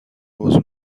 عذر